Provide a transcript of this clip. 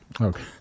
Okay